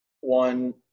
one